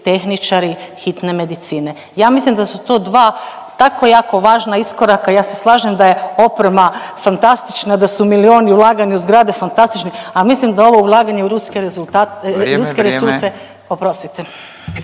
tehničari hitne medicine. Ja mislim da su to dva tako jako važna iskoraka, ja se slažem da je oprema fantastična, da su milijuni ulagani u zgrade fantastični, ali mislim da ovo ulaganje u ljudske rezultate, ljudske … .../Upadica: